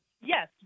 Yes